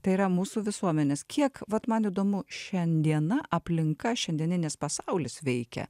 tai yra mūsų visuomenės kiek vat man įdomu šiandiena aplinka šiandieninis pasaulis veikia